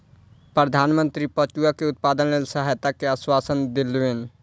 प्रधान मंत्री पटुआ के उत्पादनक लेल सहायता के आश्वासन देलैन